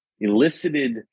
elicited